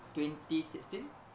twenty sixteen